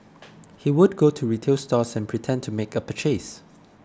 he would go to retail stores and pretend to make a purchase